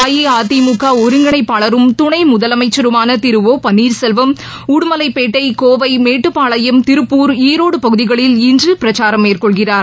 அஇஅதிமுக ஒருங்கிணைப்பாளரும் துணை முதலமைச்சருமான திரு ஒ பன்னீர்செல்வம் உடுமலைபேட்டை கோவை மேட்டுப்பாளையம் திருப்பூர் ஈரோடு பகுதிகளில் இன்று பிரச்சாரம் மேற்கொள்கிறார்